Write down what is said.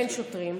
אין שוטרים.